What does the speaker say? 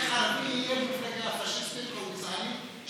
איך ערבי יהיה במפלגה פשיסטית או גזענית,